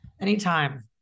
Anytime